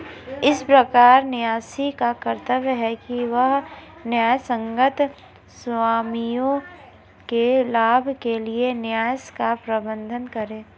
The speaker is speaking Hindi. इस प्रकार न्यासी का कर्तव्य है कि वह न्यायसंगत स्वामियों के लाभ के लिए न्यास का प्रबंधन करे